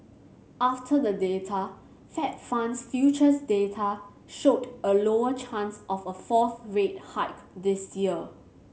after the data Fed funds futures data showed a lower chance of a fourth rate hike this year